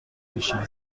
بشم